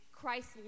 Christ